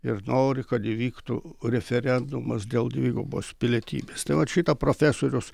ir nori kad įvyktų referendumas dėl dvigubos pilietybės tai vat šitą profesorius